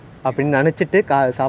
but not like purposely lah